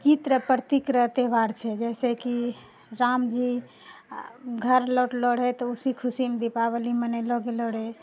जीतरे प्रतीकरे त्यौहार छै जैसेकि रामजी घर लौटलौ रहय तऽ उसी खुशीमे दीपावली मनेलो गेलौ रहै